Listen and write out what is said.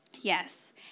Yes